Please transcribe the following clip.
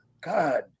God